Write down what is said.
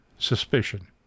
suspicion